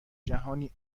جهانی